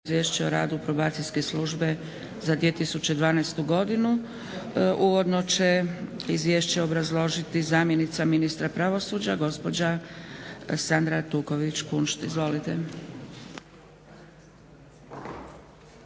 Izvješće o radu probacijske službe za 2012. godinu. Uvodno će izvješće obrazložiti zamjenica ministra pravosuđa gospođa Sandra Artuković Kunšt. Izvolite.